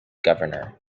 governor